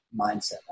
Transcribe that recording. mindset